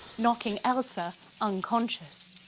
knocking elsa unconscious.